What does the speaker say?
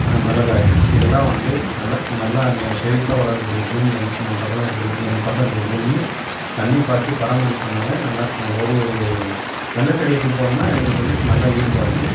மிளகாய் இதெல்லாம் வந்து நல்லா நல்லா செலிப்பாக வளர கூடிய பூமியெங்கும் நம்ம பக்கலாம் இருக்க எங்கள் பக்கம் இருக்கிற பூமி தண்ணி பாய்ச்சி பரமாரிப்பு பண்ணிணாலே நல்லா ஒரு ஒரு வெண்டை செடியை போட்டிங்கன்னா எங்களுக்கு வந்து நல்ல ஈடுபாடு உண்டு